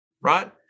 Right